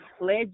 led